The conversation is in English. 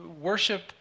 worship